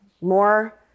more